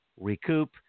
recoup